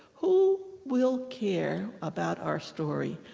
who will care about our story?